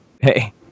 Hey